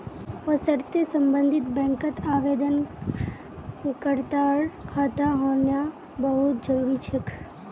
वशर्ते सम्बन्धित बैंकत आवेदनकर्तार खाता होना बहु त जरूरी छेक